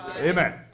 Amen